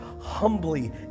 humbly